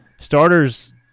starters